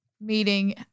meeting